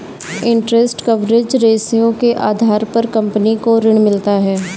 interest coverage ratio के आधार पर कंपनी को ऋण मिलता है